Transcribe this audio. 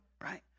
right